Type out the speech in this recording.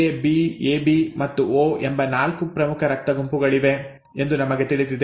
A B AB ಮತ್ತು O ಎಂಬ ನಾಲ್ಕು ಪ್ರಮುಖ ರಕ್ತ ಗುಂಪುಗಳಿವೆ ಎಂದು ನಮಗೆ ತಿಳಿದಿದೆ